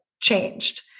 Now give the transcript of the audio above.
changed